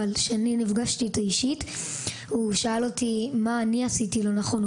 אבל כשאני נפגשתי איתו אישית הוא שאל אותי מה אני עשיתי לא נכון,